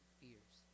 fears